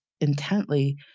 intently